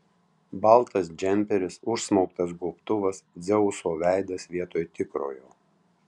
baltas džemperis užsmauktas gobtuvas dzeuso veidas vietoj tikrojo